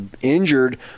injured